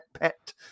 pet